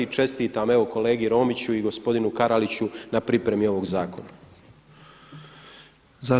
I čestitam, evo kolegi Romiću i gospodinu Karaliću na pripremi ovog zakona.